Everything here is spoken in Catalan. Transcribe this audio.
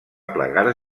plegar